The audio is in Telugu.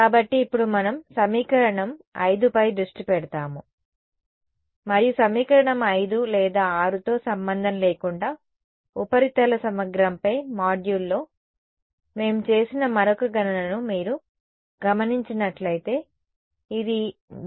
కాబట్టి ఇప్పుడు మనం సమీకరణం 5పై దృష్టి పెడతాము మరియు సమీకరణం 5 లేదా 6తో సంబంధం లేకుండా ఉపరితల సమగ్రంపై మాడ్యూల్లో మేము చేసిన మరొక గణనను మీరు గమనించినట్లయితే ఇది ∇Ez